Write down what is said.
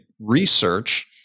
research